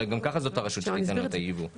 הרי גם כך זאת אותה רשות שתיתן את הרישיון ליבוא.